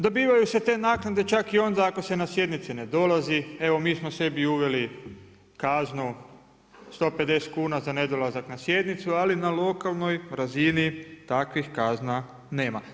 Dobivaju se te naknade čak i onda ako se na sjednice ne dolazi, evo mi smo sebi uveli kaznu 150 kuna za nedolazak na sjednicu, ali na lokalnoj razini takvih kazna nema.